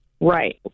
Right